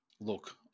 look